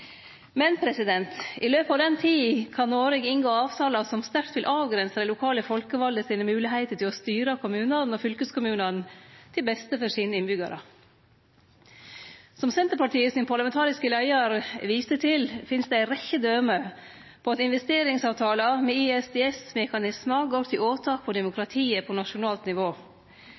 Men i løpet av den tida kan Noreg inngå avtalar som sterkt vil avgrense dei lokale folkevalde sine moglegheiter til å styre kommunane og fylkeskommunane til beste for sine innbyggjarar. Som Senterpartiets parlamentariske leiar viste til, finst det ei rekkje døme på at investeringsavtalar med ISDS-mekanismar går til åtak på demokratiet på nasjonalt nivå.